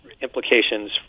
implications